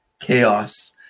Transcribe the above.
Chaos